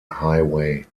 highway